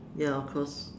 ya of course